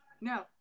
no